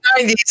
90s